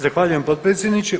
Zahvaljujem potpredsjedniče.